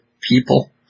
people